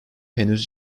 henüz